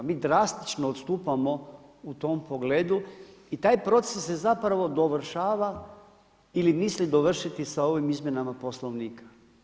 Mi drastično odstupamo u tom pogledu i taj proces se zapravo dovršava ili misli dovršiti sa ovim izmjenama Poslovnika.